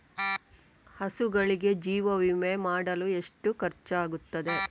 ಹಸುಗಳಿಗೆ ಜೀವ ವಿಮೆ ಮಾಡಲು ಎಷ್ಟು ಖರ್ಚಾಗುತ್ತದೆ?